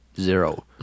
zero